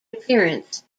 appearance